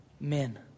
men